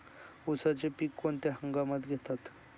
उसाचे पीक कोणत्या हंगामात घेतात?